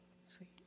Sweet